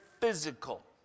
physical